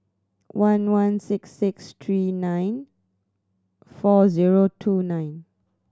one one six six three nine four zero two nine